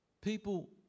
people